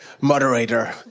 moderator